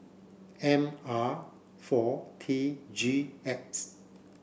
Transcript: M R four T G X